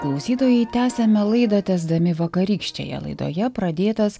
klausytojai tęsiame laidą tęsdami vakarykštėje laidoje pradėtas